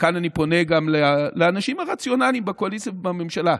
וכאן אני פונה גם לאנשים הרציונליים בקואליציה ובממשלה,